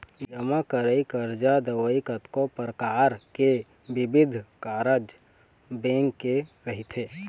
जमा करई, करजा देवई, कतको परकार के बिबिध कारज बेंक के रहिथे